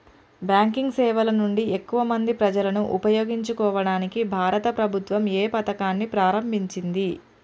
Banking సేవల నుండి ఎక్కువ మంది ప్రజలను ఉపయోగించుకోవడానికి భారత ప్రభుత్వం ఏ పథకాన్ని ప్రారంభించింది?